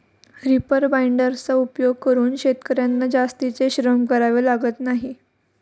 reaper बाइंडर्सचा उपयोग करून शेतकर्यांना जास्तीचे श्रम करावे लागत नाही